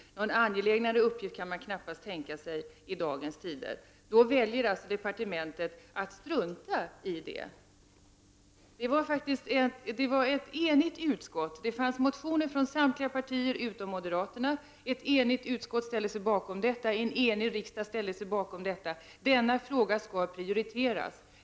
Någon angelägnare uppgift kan man knappast tänka sig i dagens situation. Då väljer departementet att strunta i riksdagens beställning. Det fanns i denna fråga motioner från samtliga partier utom moderaterna. Ett enigt utskott ställde sig bakom motionskravet, och en enig riksdag fattade beslut i enlighet med kraven. Denna fråga skulle prioriteras.